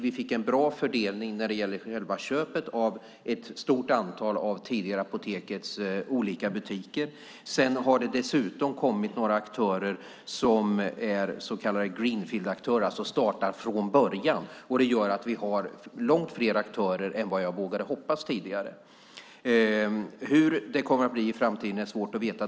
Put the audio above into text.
Vi fick en bra fördelning när det gäller själva köpet av ett stort antal av det tidigare Apotekets olika butiker. Det har dessutom kommit aktörer som är så kallade greenfieldaktörer, som alltså har startat från början. Det gör att vi har långt fler aktörer än jag tidigare vågade hoppas. Hur det blir i framtiden är svårt att veta.